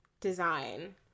design